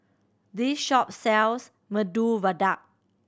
this shop sells Medu Vada